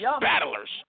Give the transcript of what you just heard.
battlers